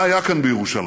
מה היה כאן בירושלים?